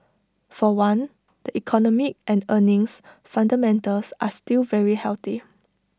for one the economic and earnings fundamentals are still very healthy